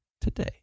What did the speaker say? today